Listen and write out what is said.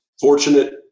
fortunate